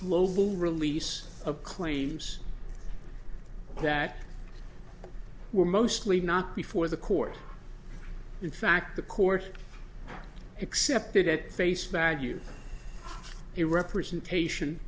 global release of claims that were mostly not before the court in fact the court accepted at face value it representation